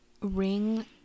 Ring